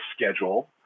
schedule